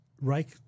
Reich